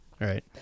right